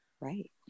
Right